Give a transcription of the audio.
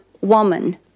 woman